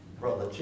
Brother